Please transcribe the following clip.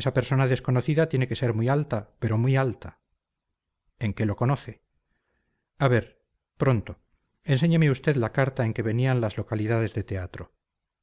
esa persona desconocida tiene que ser muy alta pero muy alta en qué lo conoce a ver pronto enséñeme usted la carta en que venían las localidades de teatro